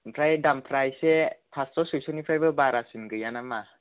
ओमफ्राय दामफोरा एसे फास्स' सयस'निफ्रायबो बारासिन गैया नामा